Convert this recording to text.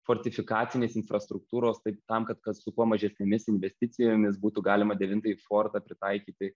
fortifikacinės infrastruktūros taip tam kad kad su kuo mažesnėmis investicijomis būtų galima devintąjį fortą pritaikyti